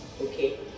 Okay